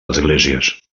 esglésies